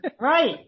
Right